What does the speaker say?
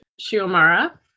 Shiomara